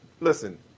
listen